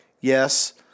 Yes